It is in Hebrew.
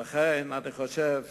לכן אני חושב